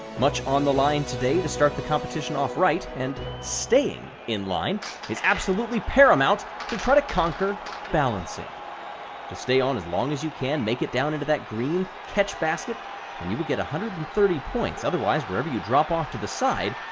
much on the line today to start the competition off right and staying in line is absolutely paramount to try to conquer balancing to stay on as long as you can, make it down into that green catch basket, and you would get one hundred and thirty points. otherwise, wherever you drop off to the side,